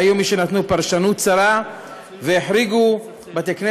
והיו מי שנתנו פרשנות צרה והחריגו בתי-כנסת